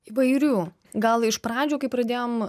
įvairių gal iš pradžių kai pradėjom